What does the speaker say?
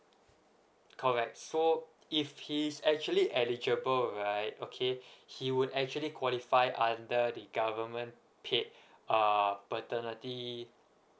correct so if he is actually eligible right okay he would actually qualify under the government paid uh paternity